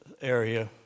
area